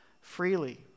freely